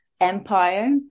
empire